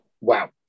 Wow